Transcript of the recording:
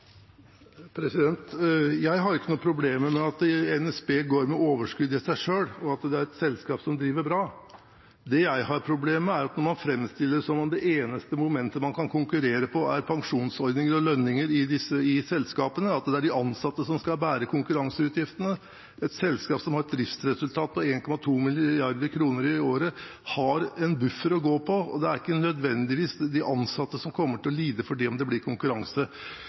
Jeg har ikke noen problemer med at NSB går med overskudd i seg selv, og at det er et selskap som driver bra. Det jeg har problemer med, er når man fremstiller det som om det eneste momentet man kan konkurrere på, er pensjonsordninger og lønninger i selskapene – at det er de ansette som skal bære konkurranseutgiftene. Et selskap som har et driftsresultat på 1,2 mrd. kr i året, har en buffer å gå på, og det er ikke nødvendig at de ansatte kommer til å lide, selv om det blir konkurranse.